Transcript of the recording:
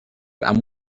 amb